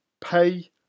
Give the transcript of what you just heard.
pay